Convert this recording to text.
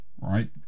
right